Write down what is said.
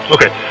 Okay